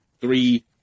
three